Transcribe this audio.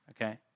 okay